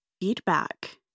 feedback